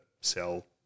sell